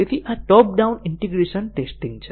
તેથી આ top down integration testing છે